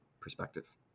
perspective